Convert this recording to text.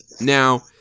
Now